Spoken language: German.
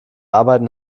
arbeiten